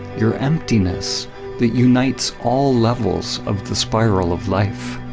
your emptiness that unites all levels of the spiral of life